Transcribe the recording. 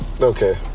okay